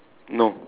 no